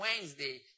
Wednesday